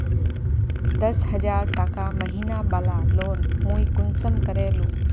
दस हजार टका महीना बला लोन मुई कुंसम करे लूम?